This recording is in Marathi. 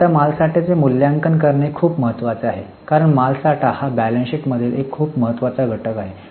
आता मालसाठ्याचे मूल्यांकन करणे खूप महत्वाचे आहे कारण मालसाठा हा बॅलन्स शीट मधील एक खूप महत्त्वाचा घटक आहे